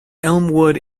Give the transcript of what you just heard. elmwood